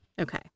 Okay